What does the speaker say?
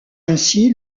ainsi